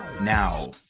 now